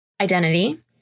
identity